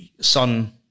Son